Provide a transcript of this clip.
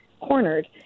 cornered